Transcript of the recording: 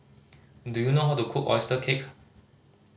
do you know how to cook oyster cake